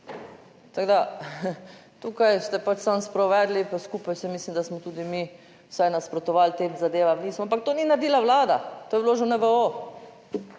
Tako, da tukaj ste pač samo sprovedli pa skupaj, saj mislim, da smo tudi mi vsaj nasprotovali tem zadevam nismo, ampak to ni naredila Vlada, to je vložil NVO.